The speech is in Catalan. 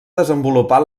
desenvolupat